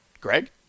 Greg